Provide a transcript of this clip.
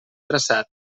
traçat